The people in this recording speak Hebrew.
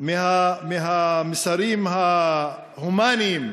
מהמסרים ההומניים: